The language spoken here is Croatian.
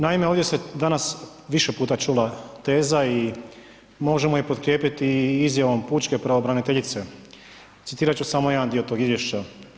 Naime, ovdje se danas više puta čula teza i možemo je potkrijepiti i izjavom pučke pravobraniteljice, citirat ću samo jedan dio tog izvješća.